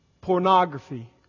pornography